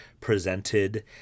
presented